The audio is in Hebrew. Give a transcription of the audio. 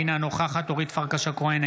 אינה נוכחת אורית פרקש הכהן,